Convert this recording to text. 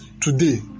today